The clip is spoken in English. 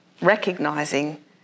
recognising